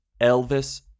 Elvis